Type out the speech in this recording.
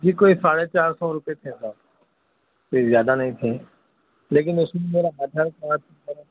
جی کوئی ساڑھے چار سو روپئے تھے سر جی زیادہ نہیں تھے لیکن اُس میں میرا آدھار کارڈ وغیرہ